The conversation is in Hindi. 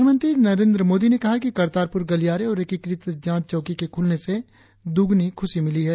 प्रधानमंत्री नरेंद्र मोदी ने कहा है कि करतारपुर गलियारे और एकीकृत जांच चौकी के खुलने से दुगनी खुशी मिली है